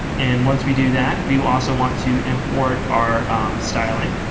and once we do that we will also want to import our styling,